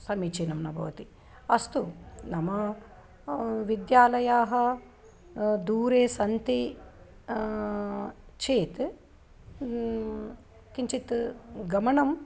समीचीनं न भवति अस्तु नाम विद्यालयाः दूरे सन्ति चेत् किञ्चित् गमनम्